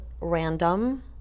random